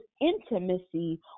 Intimacy